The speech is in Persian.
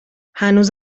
هنوز